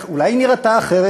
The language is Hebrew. אולי היא נראתה אחרת?